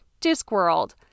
Discworld